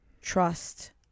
trust